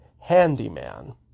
handyman